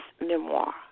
memoir